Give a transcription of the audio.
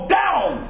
down